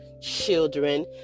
children